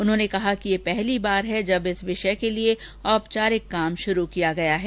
उन्होंने कहा कि यह पहली बार है जब इस विषय के लिए औपचारिक काम शुरू किया गया है